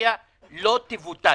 בפריפריה לא יבוטלו?